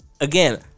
again